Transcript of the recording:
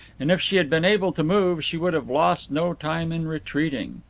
and if she had been able to move she would have lost no time in retreating.